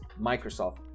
microsoft